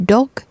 Dog